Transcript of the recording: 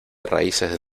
raíces